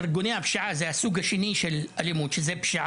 הסוג השני של אלימות זה הפשע